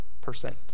percent